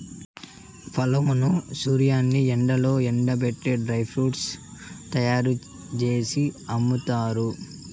ఫలాలను సూర్యుని ఎండలో ఎండబెట్టి డ్రై ఫ్రూట్స్ తయ్యారు జేసి అమ్ముతారు